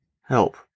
help